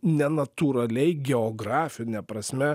nenatūraliai geografine prasme